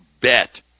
bet